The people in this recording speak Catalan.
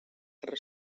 guerra